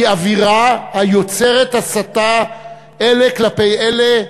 זה אווירה היוצרת הסתה אלה כלפי אלה.